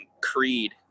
creed